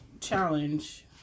challenge